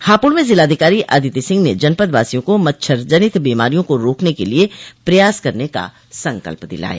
हापुड़ में जिलाधिकारी अदिति सिंह ने जनपद वासियों को मच्छर जनित बीमारियों को रोकने के लिये प्रयास करने का संकल्प दिलाया